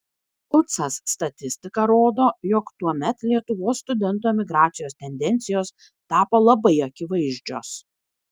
ucas statistika rodo jog tuomet lietuvos studentų emigracijos tendencijos tapo labai akivaizdžios